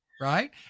right